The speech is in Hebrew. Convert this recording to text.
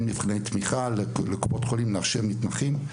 מבחני תמיכה לקופות חולים להכשיר מתמחים.